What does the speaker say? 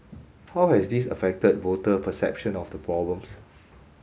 how has this affected voter perception of the problems